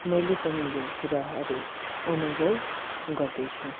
मैले पनि यो कुराहरू अनुभव गर्दैछु